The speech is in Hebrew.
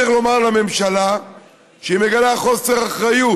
צריך לומר לממשלה שהיא מגלה חוסר אחריות,